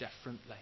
differently